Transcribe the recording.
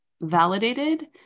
validated